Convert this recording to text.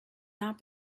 not